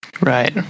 Right